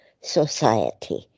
society